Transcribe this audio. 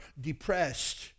depressed